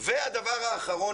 ודבר אחרון,